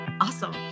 Awesome